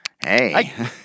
Hey